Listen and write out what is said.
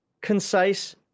concise